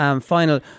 final